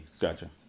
Gotcha